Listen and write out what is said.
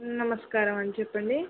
నమస్కారం అండి చెప్పండి